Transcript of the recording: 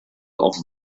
auch